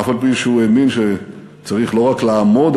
אף-על-פי שהוא האמין שצריך לא רק לעמוד